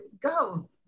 go